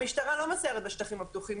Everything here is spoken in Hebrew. המשטרה לא מסיירת בשטחים הפתוחים.